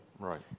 Right